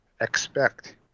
expect